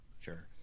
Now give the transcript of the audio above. sure